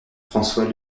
françois